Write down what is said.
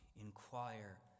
inquire